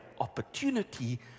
opportunity